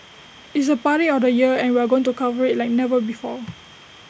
it's the party of the year and we are going to cover IT like never before